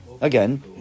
Again